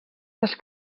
les